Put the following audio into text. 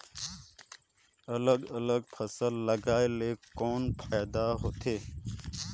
अलग अलग फसल लगाय ले कौन फायदा होथे?